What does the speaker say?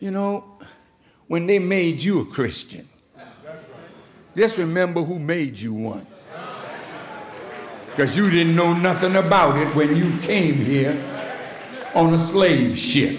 you know when they made you a christian just remember who made you one because you didn't know nothing about him when you came here on a slave shi